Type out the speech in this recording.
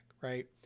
right